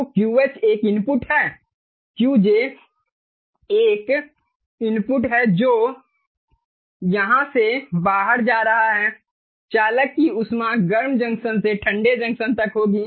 तो QH एक input है Qj एक इनपुट है जो यहाँ से बाहर जा रहा है चालक की ऊष्मा गर्म जंक्शन से ठंडे जंक्शन तक होगी